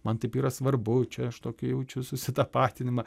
man taip yra svarbu čia aš tokį jaučiu susitapatinimą